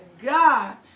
God